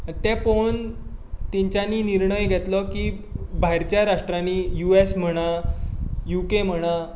तें पळोवन तेंच्यांनी निर्णय घेतलो की भायरच्या राष्ट्रांनी यु एस म्हणा यु के म्हणा